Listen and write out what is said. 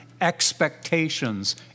expectations